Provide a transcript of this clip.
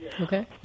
Okay